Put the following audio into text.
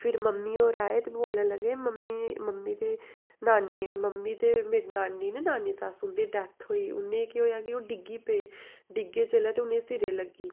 फिर मम्मी होर आए ते बोलन लगे मम्मी मम्मी दी नानी मम्मी दे मेरे नानी निं ननीस न उं'दी डैत्थ होई उ'नें गी केह् होआ कि ओह् डिग्गी पे डिग्गे जेल्लै ते उ'नें गी सिरै गी लग्गी